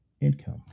income